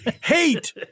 Hate